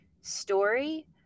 story